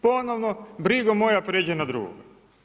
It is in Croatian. Ponovno, brigo moja pređi na drugoga.